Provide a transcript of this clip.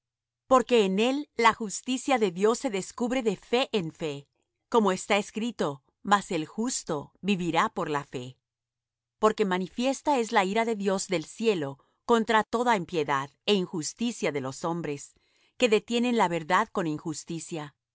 porque en él la justicia de dios se descubre de fe en fe como está escrito mas el justo vivirá por la fe porque manifiesta es la ira de dios del cielo contra toda impiedad é injusticia de los hombres que detienen la verdad con injusticia